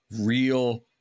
real